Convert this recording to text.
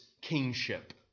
kingship